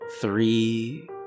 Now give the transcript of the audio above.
three